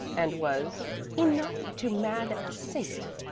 and was enough to mad a saint,